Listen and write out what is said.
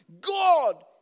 God